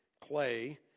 clay